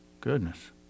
Goodness